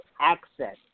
access